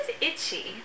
itchy